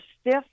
stiff